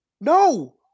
No